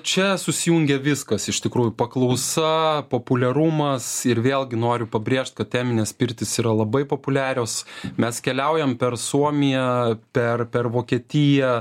čia susijungia viskas iš tikrųjų paklausa populiarumas ir vėlgi noriu pabrėžt kad teminės pirtys yra labai populiarios mes keliaujam per suomiją per per vokietiją